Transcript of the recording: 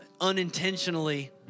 unintentionally